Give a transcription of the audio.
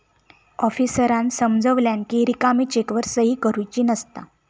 आफीसरांन समजावल्यानं कि रिकामी चेकवर सही करुची नसता